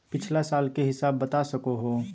पिछला साल के हिसाब बता सको हो?